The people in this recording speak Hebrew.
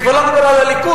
אני כבר לא מדבר על הליכוד.